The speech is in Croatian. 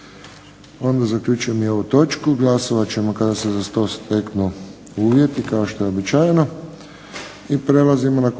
Onda zaključujem i ovu točku. Glasovat ćemo kada se za to steknu uvjeti kao što je uobičajeno